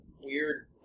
weird